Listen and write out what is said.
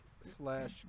slash